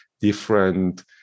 different